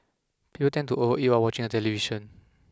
people tend to overeat while watching the television